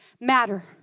matter